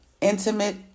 Intimate